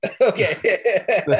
Okay